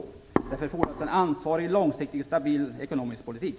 Därför fordras det en ansvarig, långsiktig och stabil ekonomisk politik.